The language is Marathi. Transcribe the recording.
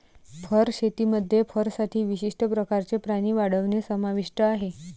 फर शेतीमध्ये फरसाठी विशिष्ट प्रकारचे प्राणी वाढवणे समाविष्ट आहे